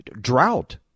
drought